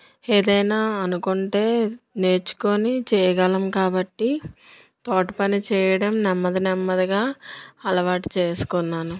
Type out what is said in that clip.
ఏదైనా అనుకుంటే నేర్చుకొని చేయగలం కాబట్టి తోట పనిచేయడం నెమ్మది నెమ్మదిగా అలవాటు చేసుకున్నాను